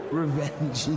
revenge